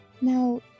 Now